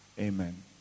Amen